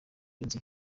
nzi